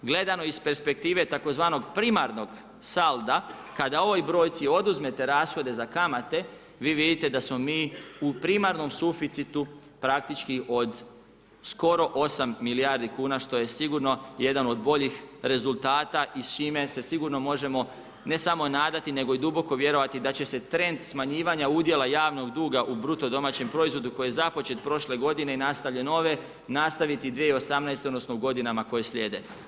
Gledano iz perspektive tzv. primarnog salda kada ovoj brojci oduzmete rashode za kamate vi vidite da smo mi u primarnom suficitu praktički od skoro 8 milijardi kuna što je sigurno jedan od boljih rezultata i s čime se sigurno možemo ne samo nadati, nego i duboko vjerovati da će se trend smanjivanja udjela javnog duga u bruto domaćem proizvodu koji je započet prošle godine i nastavljen ove nastaviti i 2018. odnosno u godinama koje slijede.